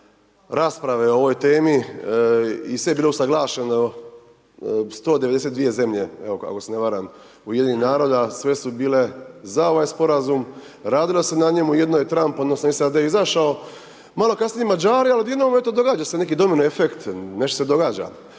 rasprave o ovoj temi i sve je bilo usuglašeno, 192 zemlje, evo ako se ne varam, Ujedinjenih naroda, sve su bile ZA ovaj Sporazum, radilo se na njemu, jedino je Trump odnosno SAD izašao, malo kasnije Mađari, al' odjednom eto događa se neki domino efekt, nešto se događa,